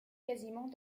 quasiment